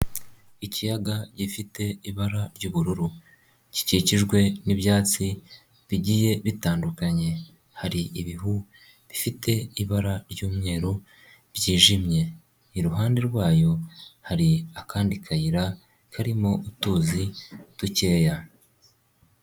Ikiyaga gifite ibara ry'ubururu gikikijwe n'ibyatsi bigiye bitandukanye, hari ibihu bifite ibara ry'umweru byijimye, iruhande rwayo hari akandi kayira karimo utuzi dukeya.